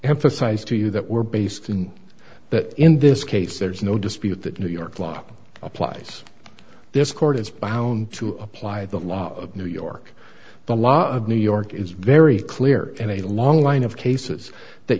emphasize to you that we're based in that in this case there's no dispute that new york law applies this court is bound to apply the laws of new york the law of new york is very clear in a long line of cases that